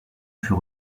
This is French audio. fut